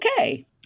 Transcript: okay